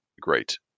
great